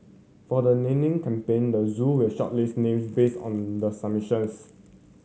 for the naming campaign the zoo will shortlist names based on the submissions